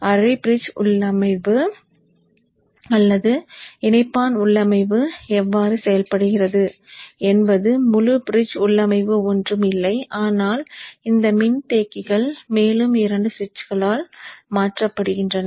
அரை பிரிட்ஜ் உள்ளமைவு அல்லது இணைப்பான் உள்ளமைவு எவ்வாறு செயல்படுகிறது என்பது முழு பிரிட்ஜ் உள்ளமைவு ஒன்றும் இல்லை ஆனால் இந்த மின்தேக்கிகள் மேலும் 2 சுவிட்சுகளால் மாற்றப்படுகின்றன